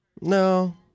No